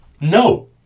No